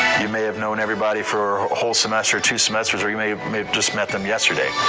you may have known everybody for whole semester, two semesters, or you may maybe just met them yesterday,